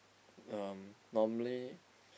um normally